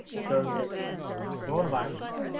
during this coronavirus,